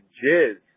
jizz